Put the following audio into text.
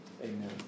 Amen